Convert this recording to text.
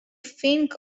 think